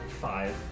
five